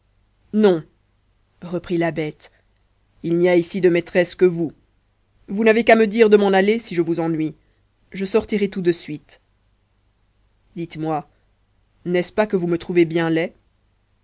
non répondit la bête il n'y a ici de maîtresse que vous vous n'avez qu'à me dire de m'en aller si je vous ennuie je sortirai tout de suite dites-moi n'est-ce pas que vous me trouvez bien laid